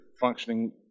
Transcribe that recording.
functioning